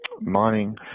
mining